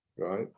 Right